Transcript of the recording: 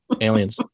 Aliens